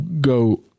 go